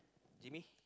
Jimmy